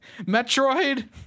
Metroid